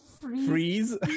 freeze